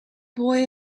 boy